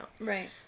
Right